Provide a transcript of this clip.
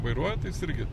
vairuoja tai jis irgi